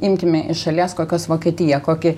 imkime iš šalies kokios vokietija kokį